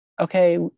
okay